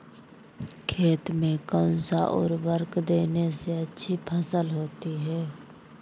खेत में कौन सा उर्वरक देने से अच्छी फसल होती है?